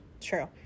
True